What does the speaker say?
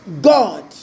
God